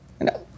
No